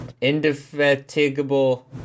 indefatigable